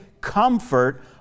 comfort